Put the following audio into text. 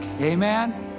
Amen